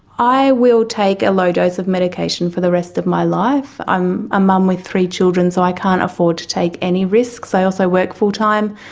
i will take a low dose of medication for the rest of my life. i a mum with three children so i can't afford to take any risks. i also work full time.